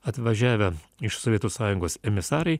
atvažiavę iš sovietų sąjungos emisarai